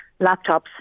laptops